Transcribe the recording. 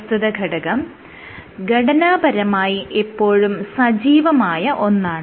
പ്രസ്തുത ഘടകം ഘടനാപരമായി എപ്പോഴും സജീവമായ ഒന്നാണ്